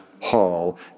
hall